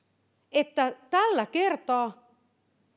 että tällä kertaa